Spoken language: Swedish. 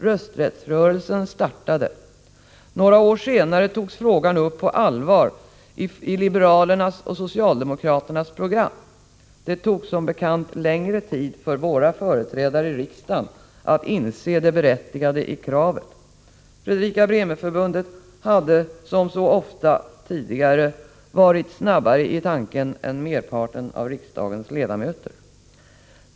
Rösträttsrörelsen startade därmed. Några år senare togs frågan upp på allvar i liberalernas och i socialdemokraternas program. Det tog som bekant längre tid för våra företrädare i riksdagen att inse det berättigade i kravet. Fredrika-Bremer-Förbundet hade, som så ofta tidigare, varit snabbare i tanken än merparten av riksdagens ledamöter.